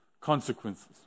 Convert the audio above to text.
consequences